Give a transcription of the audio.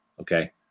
Okay